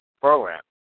program